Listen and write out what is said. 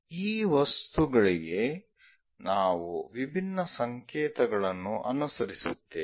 ಈ ವಸ್ತುಗಳಿಗೆ ನಾವು ವಿಭಿನ್ನ ಸಂಕೇತಗಳನ್ನು ಅನುಸರಿಸುತ್ತೇವೆ